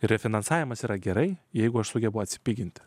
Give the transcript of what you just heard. refinansavimas yra gerai jeigu aš sugebu atsilyginti